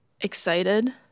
Excited